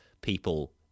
people